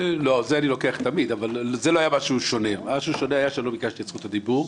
לגבי המקרה הפרטני, אני אשמח שתעביר את הפרטים